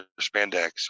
spandex